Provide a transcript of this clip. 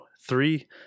Three